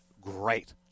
great